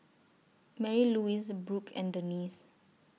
Marylouise Brooke and Denise